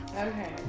Okay